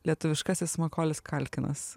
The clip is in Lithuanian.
lietuviškasis makolis kalkinas